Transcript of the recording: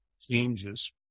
changes